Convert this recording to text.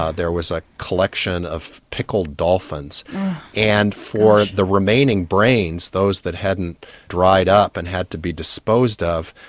ah there was a collection of pickled dolphins and for the remaining brains, those that hadn't dried up and had to be disposed of,